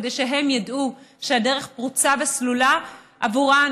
כדי שהן ידעו שהדרך פרוצה וסלולה עבורן